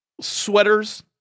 sweaters